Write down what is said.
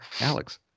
Alex